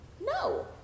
no